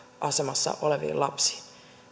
asemassa oleviin lapsiin